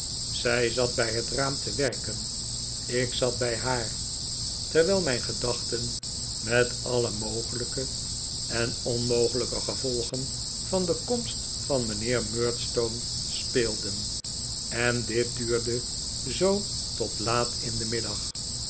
zij zat bij het raam te werken ik zat bij haar terwijl mijn gedachten met alle mogelijke en onmogelijke gevolgen van de komst van mijnheer murdstone speelden en dit duurde zoo tot laat in den middag